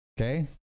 Okay